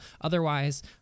otherwise